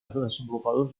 desenvolupadors